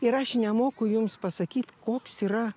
ir aš nemoku jums pasakyti koks yra